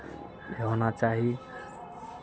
होना चाही